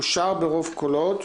אושר ברוב קולות.